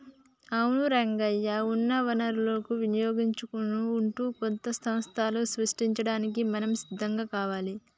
అవును రంగయ్య ఉన్న వనరులను వినియోగించుకుంటూ కొత్త సంస్థలను సృష్టించడానికి మనం సిద్ధం కావాలి